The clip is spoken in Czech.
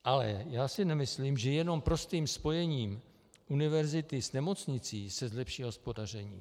Ale nemyslím si, že jenom prostým spojením univerzity s nemocnicí se zlepší hospodaření.